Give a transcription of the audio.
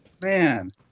man